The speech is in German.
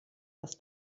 was